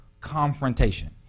confrontation